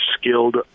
skilled